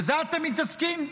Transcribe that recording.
בזה אתם מתעסקים?